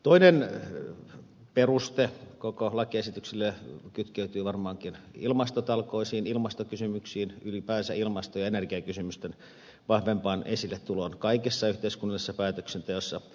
toinen peruste koko lakiesitykselle kytkeytyy varmaankin ilmastotalkoisiin ilmastokysymyksiin ylipäänsä ilmasto ja energiakysymysten vahvempaan esilletuloon kaikessa yhteiskunnallisessa päätöksenteossa